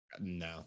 No